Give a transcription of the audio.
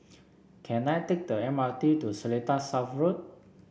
can I take the M R T to Seletar South Road